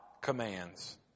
commands